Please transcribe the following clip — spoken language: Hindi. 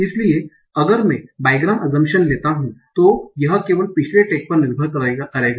इसलिए अगर मैं बाइग्राम अजंप्शन लेता हूं तो यह केवल पिछले टैग पर निर्भर करेगा